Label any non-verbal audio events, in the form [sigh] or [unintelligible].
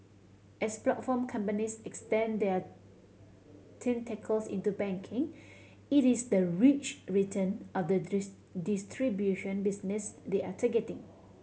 as platform companies extend their tentacles into banking it is the rich return of the [unintelligible] distribution business they are targeting